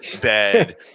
bed